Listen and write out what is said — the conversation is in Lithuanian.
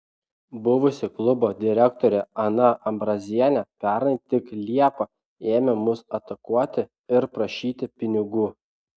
buvusi klubo direktorė ana ambrazienė pernai tik liepą ėmė mus atakuoti ir prašyti pinigų